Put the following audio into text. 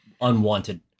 unwanted